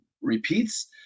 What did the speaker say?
repeats